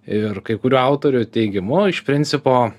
ir kai kurių autorių teigimu iš principo